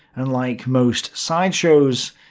and like most sideshows,